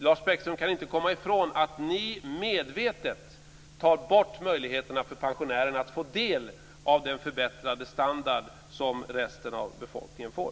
Ni kan inte komma ifrån, Lars Bäckström, att ni medvetet tar bort möjligheterna för pensionärerna att få del av den förbättrade standard som resten av befolkningen får.